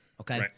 okay